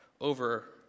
over